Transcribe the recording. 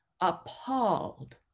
appalled